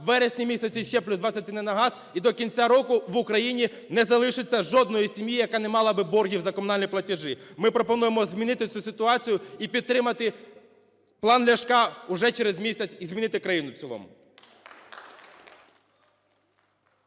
у вересні місяці ще на 20 ціни на газ, і до кінця року в Україні не залишиться жодної сім'ї, яка не мала би боргів за комунальні платежі. Ми пропонуємо змінити цю ситуацію і підтримати план Ляшка уже через місяць, і змінити країну в цілому.